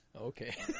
Okay